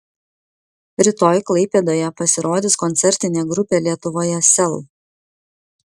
rytoj klaipėdoje pasirodys koncertinė grupė lietuvoje sel